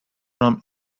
rum